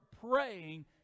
praying